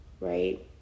right